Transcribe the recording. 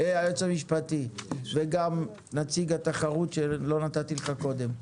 היועץ המשפטי וגם נציג רשות התחרות שלא נתתי לך קודם.